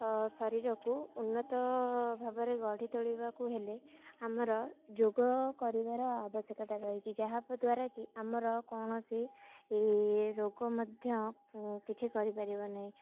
ଶରୀରକୁ ଉନ୍ନତ ଭାବରେ ଗଢ଼ି ତୋଳିବାକୁ ହେଲେ ଆମର ଯୋଗ କରିବାର ଆବଶ୍ୟକତା ରହିଛି ଯାହା ଦ୍ୱାରା କି ଆମର କୌଣସି ରୋଗ ମଧ୍ୟ କିଛି କରିପାରିବ ନାହିଁ